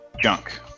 Junk